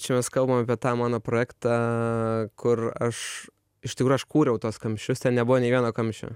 čia mes kalbam apie tą mano projektą kur aš iš tikrųjų aš kūriau tuos kamščius ten nebuvo nei vieno kamščio